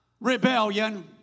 rebellion